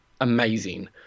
amazing